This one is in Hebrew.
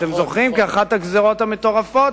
כאחת הגזירות המטורפות,